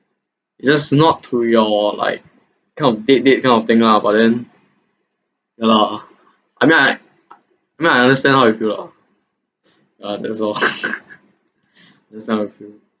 just not through your like kind of date date kind of thing lah but then ya lah I mean I I mean I understand how you feel lah ya that's all this kind of feel mm